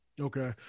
Okay